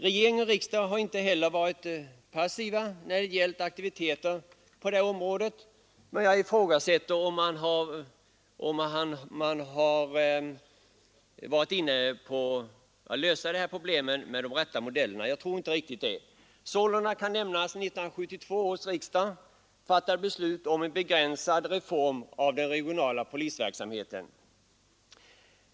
Regering och riksdag har inte heller varit passiva när det gällt aktiviteter på det här området, men jag ifrågasätter om man har varit inne på de rätta metoderna att lösa problemet. Sålunda kan nämnas att 1972 års riksdag fattade beslut om en begränsad reform av den regionala polisverksamheten.